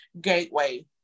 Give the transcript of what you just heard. gateway